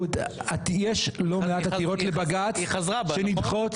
יש לא מעט עתירות לבג"צ שנדחות